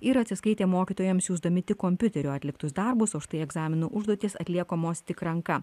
ir atsiskaitė mokytojams siųsdami tik kompiuteriu atliktus darbus o štai egzaminų užduotys atliekamos tik ranka